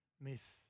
Miss